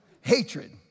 hatred